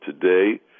today